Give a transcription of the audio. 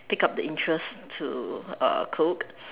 pick up the interest to uh cook